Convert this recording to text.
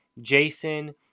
Jason